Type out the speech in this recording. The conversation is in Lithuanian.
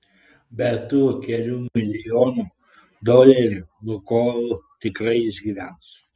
be tų kelių milijonų dolerių lukoil tikrai išgyvens